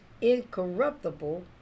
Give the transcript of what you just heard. incorruptible